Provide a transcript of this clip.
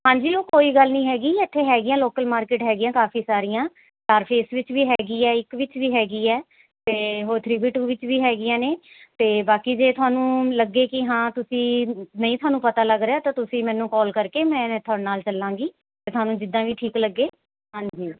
ਹਾਂਜੀ ਉਹ ਕੋਈ ਗੱਲ ਨਹੀਂ ਹੈਗੀ ਇੱਥੇ ਹੈਗੀਆਂ ਲੋਕਲ ਮਾਰਕੀਟ ਹੈਗੀਆਂ ਕਾਫੀ ਸਾਰੀਆਂ ਚਾਰ ਫੇਸ ਵਿੱਚ ਵੀ ਹੈਗੀ ਹੈ ਇੱਕ ਵਿੱਚ ਵੀ ਹੈਗੀ ਹੈ ਅਤੇ ਹੋਰ ਥ੍ਰੀ ਬੀ ਟੂ ਵਿੱਚ ਵੀ ਹੈਗੀਆਂ ਨੇ ਅਤੇ ਬਾਕੀ ਜੇ ਤੁਹਾਨੂੰ ਲੱਗੇ ਕਿ ਹਾਂ ਤੁਸੀਂ ਨਹੀਂ ਥੋਨੂੰ ਪਤਾ ਲੱਗ ਰਿਹਾ ਤਾਂ ਤੁਸੀਂ ਮੈਨੂੰ ਕੋਲ ਕਰਕੇ ਮੈਂ ਤੁਹਾਡੇ ਨਾਲ ਚੱਲਾਂਗੀ ਅਤੇ ਤੁਹਾਨੂੰ ਜਿੱਦਾਂ ਵੀ ਠੀਕ ਲੱਗੇ ਹਾਂਜੀ